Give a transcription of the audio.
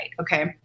okay